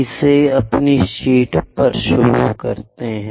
इसे अपनी शीट पर शुरू करते हैं